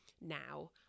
now